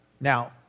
Now